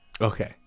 Okay